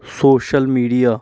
social media